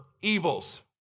evils